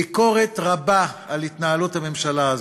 ביקורת רבה על התנהלות הממשלה הזאת.